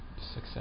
success